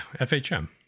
fhm